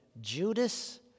Judas